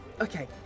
okay